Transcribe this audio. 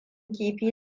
kifi